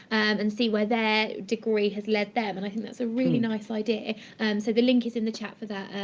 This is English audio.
and and see where their degree has led them. and i think that's a really nice idea. so the link is in the chat for that,